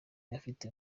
afite